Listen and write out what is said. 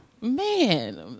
Man